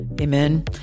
amen